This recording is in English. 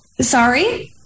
Sorry